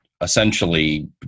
essentially